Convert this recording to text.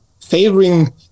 favoring